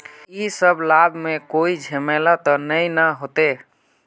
इ सब लाभ में कोई झमेला ते नय ने होते?